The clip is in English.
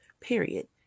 period